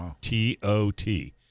T-O-T